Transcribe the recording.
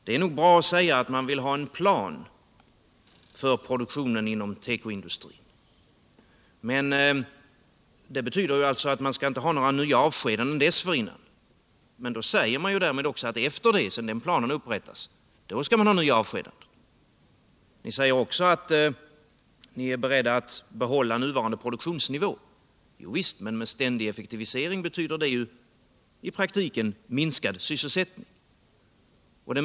Det är nog bra att säga att man vill ha en plan för produktionen inom tekoindustrin och att inga nya avskedanden skall ske innan planen har upprättats. Men därmed säger man också att efter det att planen har upprättats, då skall man ha nya avskedanden. Ni säger också att ni är beredda att behålla nuvarande produktionsnivå. Jovisst, men med ständig effektivisering betyder det i praktiken minskad sysselsättning.